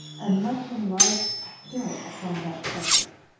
and much enlarged still upon that subject.